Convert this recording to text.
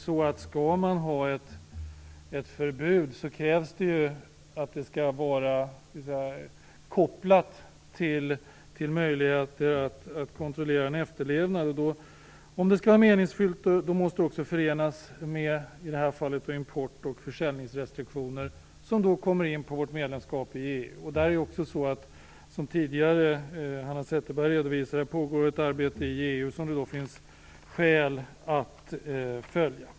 Om man skall ha ett förbud krävs det att det skall vara kopplat till möjligheter att kontrollera efterlevnaden av förbudet. Om det skall vara meningsfullt, måste det i det här fallet också förenas med import och försäljningsrestriktioner. Då kommer vi in på vårt medlemskap i EU, där det - som Hanna Zetterberg tidigare redovisade - pågår ett arbete som det finns skäl att följa.